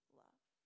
love